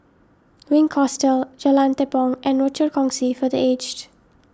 Wink Hostel Jalan Tepong and Rochor Kongsi for the Aged